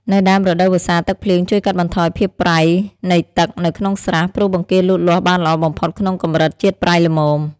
នៅដើមរដូវវស្សា ទឹកភ្លៀងជួយកាត់បន្ថយភាពប្រៃនៃទឹកនៅក្នុងស្រះ ព្រោះបង្គាលូតលាស់បានល្អបំផុតក្នុងកម្រិតជាតិប្រៃល្មម។